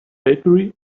bakery